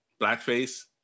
blackface